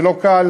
זה לא קל,